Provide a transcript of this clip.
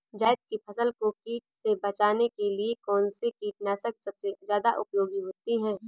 जायद की फसल को कीट से बचाने के लिए कौन से कीटनाशक सबसे ज्यादा उपयोगी होती है?